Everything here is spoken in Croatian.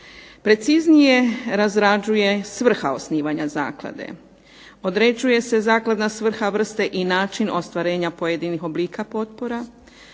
preciznije razrađuje svrha osnivanja zaklade. Određuje se zaklada svrha vrste i način ostvarenja pojedinih oblika potpora,